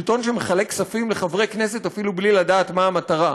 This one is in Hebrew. שלטון שמחלק כספים לחברי כנסת אפילו בלי לדעת מה המטרה,